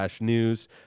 news